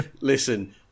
listen